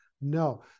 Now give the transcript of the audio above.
No